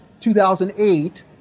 2008